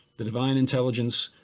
the divine intelligence,